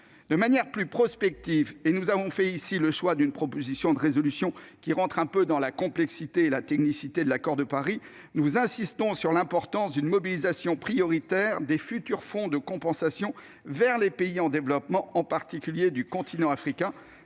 De manière plus prospective- et nous avons fait ici le choix d'une proposition de résolution qui entre un peu dans la complexité et la technicité de l'accord de Paris -, nous insistons sur l'importance d'une mobilisation prioritaire des futurs fonds de compensation vers les pays en développement, en particulier ceux du continent africain.